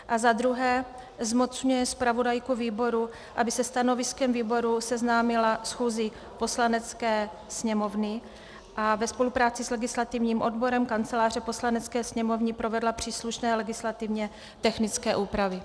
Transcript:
2. zmocňuje zpravodajku výboru, aby se stanoviskem výboru seznámila schůzi Poslanecké sněmovny a ve spolupráci s legislativním odborem Kanceláře Poslanecké sněmovny provedla příslušné legislativně technické úpravy.